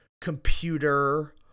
computer